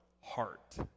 heart